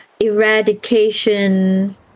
eradication